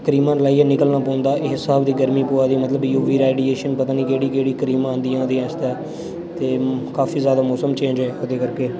क्रीमां लाइयै निकलना पौंदा इस स्हाब दी गर्मी पोआ दी मतलब ऐ यू वी रेडिएशन पता निं केह्ड़ी केह्ड़ी क्रीमां आंदियां ओह्दे आस्तै ते काफी जादा मौसम चेंज ओह्दे करके